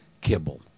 kibble